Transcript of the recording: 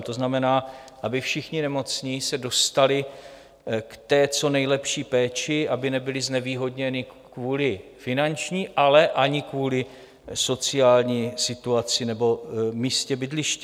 To znamená, aby všichni nemocní se dostali k té co nejlepší péči, aby nebyli znevýhodněni kvůli finanční, ale ani kvůli sociální situaci nebo místu bydliště.